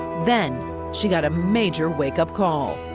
then she got a major wake-up call.